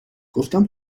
گفتم